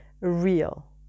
real